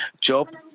Job